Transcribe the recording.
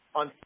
on